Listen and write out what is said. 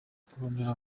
kurondera